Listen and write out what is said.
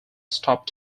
stop